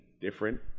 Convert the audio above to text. different